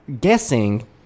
guessing